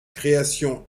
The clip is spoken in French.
création